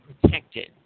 protected